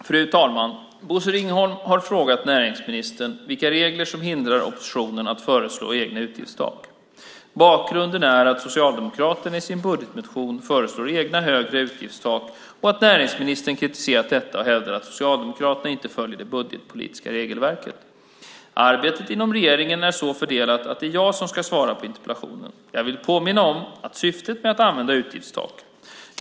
Fru talman! Bosse Ringholm har frågat näringsministern vilka regler som hindrar oppositionen att föreslå egna utgiftstak. Bakgrunden är att Socialdemokraterna i sin budgetmotion föreslår egna, högre, utgiftstak och att näringsministern kritiserat detta och hävdat att Socialdemokraterna inte följer de budgetpolitiska regelverken. Arbetet inom regeringen är så fördelat att det är jag som ska svara på interpellationen. Jag vill påminna om syftet med att använda utgiftstak.